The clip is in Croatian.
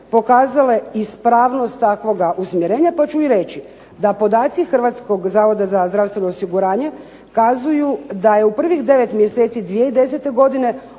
pokazale ispravnost takvoga usmjerenja, pa ću i reći da podaci Hrvatskog zavoda za zdravstveno osiguranje kazuju da je u prvih 9 mjeseci 2010. godine